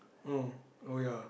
uh oh ya